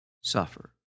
suffer